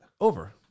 over